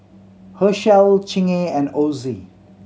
Herschel Chingay and Ozi